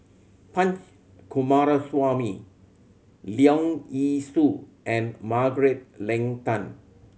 Punch Coomaraswamy Leong Yee Soo and Margaret Leng Tan